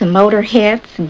motorheads